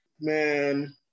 Man